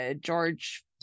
George